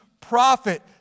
prophet